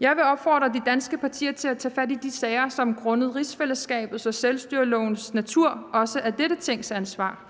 Jeg vil opfordre de danske partier til at tage fat i de sager, som grundet rigsfællesskabets og selvstyrelovens natur også er dette Tings ansvar.